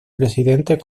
presidente